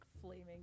flaming